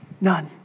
none